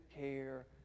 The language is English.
care